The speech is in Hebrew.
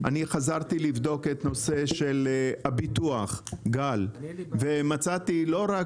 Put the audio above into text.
אני חזרתי לבדוק את נושא הביטוח ומצאתי שלא רק